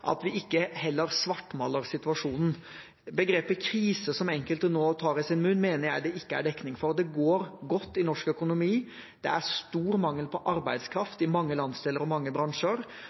at vi heller ikke skal svartmale situasjonen. Begrepet krise, som enkelte nå tar i sin munn, mener jeg det ikke er dekning for. Det går godt i norsk økonomi, det er stor mangel på arbeidskraft i mange landsdeler og i mange bransjer,